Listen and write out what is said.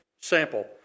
Sample